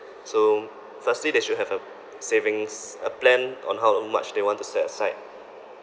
so firstly they should have a savings a plan on how much they want to set aside